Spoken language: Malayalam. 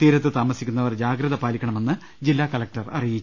തീരത്ത് താമസിക്കുന്നവർ ജാഗ്രത പാലിക്കണമെന്ന് ജില്ലാ കല ക്ടർ അറിയിച്ചു